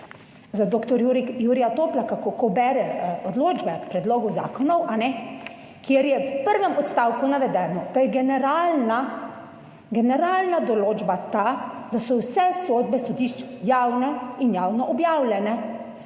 dr. Jurija Toplaka, ko bere odločbe predlogov zakonov, kjer je v prvem odstavku navedeno, da je generalna določba ta, da so vse sodbe sodišč javne in javno objavljene,